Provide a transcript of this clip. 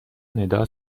ندا